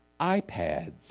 iPads